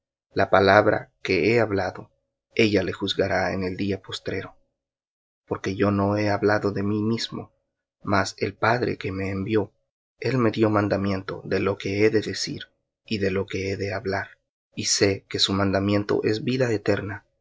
la palabra que he hablado ella le juzgará en el día postrero porque yo no he hablado de mí mismo mas el padre que me envió él me dió mandamiento de lo que he de decir y de lo que he de hablar y sé que su mandamiento es vida eterna